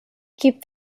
keep